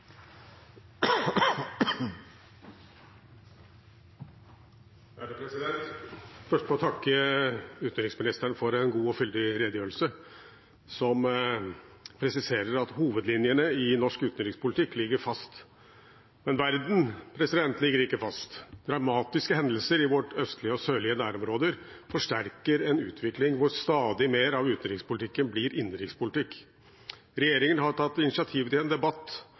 Først vil jeg få takke utenriksministeren for en god og fyldig redegjørelse, som presiserer at hovedlinjene i norsk utenrikspolitikk ligger fast. Men verden ligger ikke fast. Dramatiske hendelser i våre østlige og sørlige nærområder forsterker en utvikling hvor stadig mer av utenrikspolitikken blir innenrikspolitikk. Regjeringen har tatt initiativ til en debatt